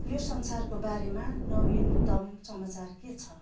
यो संसारको बारेमा नवीनतम समाचार के छ